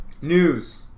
news